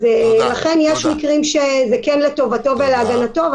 לכן יש מקרים שזה כן לטובתו ולהגנתו,